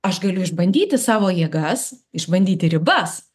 aš galiu išbandyti savo jėgas išbandyti ribas